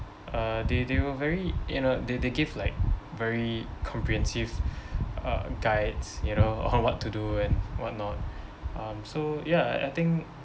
uh they they were very you know they they gave like very comprehensive uh guides you know on what to do and what not um so ya I I think